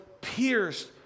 pierced